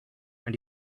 and